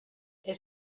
est